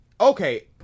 okay